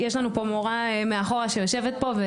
יש לנו פה מורה מאחורה שיושבת פה.